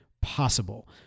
possible